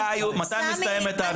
מתי מסתיימת ההרצאה?